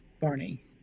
Barney